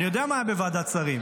אני יודע מה היה בוועדת שרים,